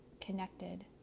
connected